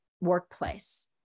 workplace